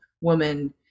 woman